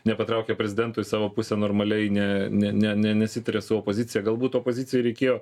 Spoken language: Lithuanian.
nepatraukė prezidento į savo pusę normaliai ne ne ne nesitarė su opozicija galbūt opozicijai reikėjo